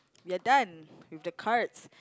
we're done with the cards